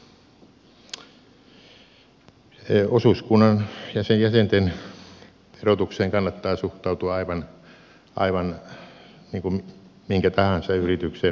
osuuskunnan ja sen jäsenten verotukseen kannattaa suhtautua aivan niin kuin minkä tahansa yrityksen verotukseen